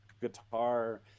guitar